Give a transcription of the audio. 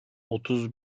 otuz